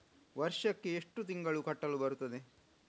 ವರ್ಷಕ್ಕೆ ಎಷ್ಟು ತಿಂಗಳು ಕಟ್ಟಲು ಬರುತ್ತದೆ?